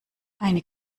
eine